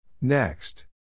Next